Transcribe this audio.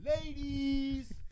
Ladies